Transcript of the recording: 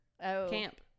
camp